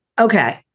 Okay